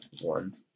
One